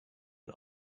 and